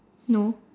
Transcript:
no